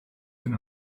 den